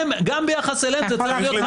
גם ביחס אליהם זה צריך להיות,